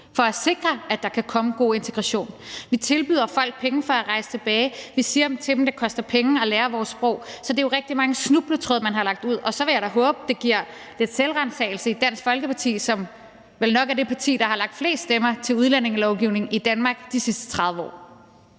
ud for, at der kan komme en god integration. Vi tilbyder folk penge for at rejse tilbage. Vi siger til dem, at de skal betale for at lære vores sprog. Det er jo rigtig mange snubletråde, man har lagt ud. Og så vil jeg da håbe, at det giver anledning til lidt selvransagelse i Dansk Folkeparti, som vel nok er det parti, der har lagt flest stemmer til udlændingelovgivningen i Danmark i de sidste 30 år.